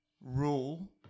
rule